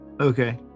Okay